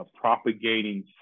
propagating